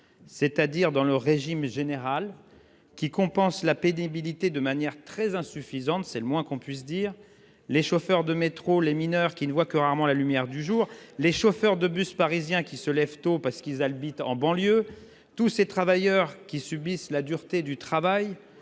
c'est-à-dire du régime général, qui ne compense la pénibilité que de manière très insuffisante ; c'est le moins que l'on puisse dire. Les chauffeurs de métro, les mineurs, qui ne voient que rarement la lumière du jour, les chauffeurs de bus parisiens qui se lèvent tôt parce qu'ils habitent en banlieue ; tous ces travailleurs qui subissent la dureté de leur